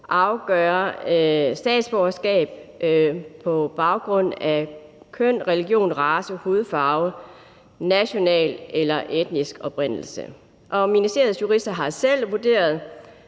afgøre statsborgerskab på baggrund af køn, religion, race, hudfarve, national eller etnisk oprindelse, og ministeriets jurister har selv vurderet,